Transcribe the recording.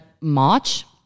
March